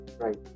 right